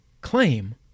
claim